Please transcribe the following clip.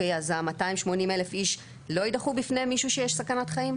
אז ה-280,000 איש לא יידחו בפני מישהו שיש סכנת חיים?